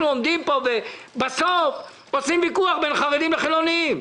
בסוף עושים ויכוח בין חרדים לחילונים,